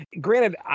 granted